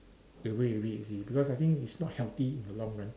away with it you see because I think it's not healthy in the long run